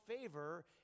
favor